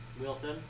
Wilson